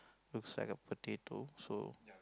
looks like a potato so